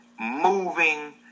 moving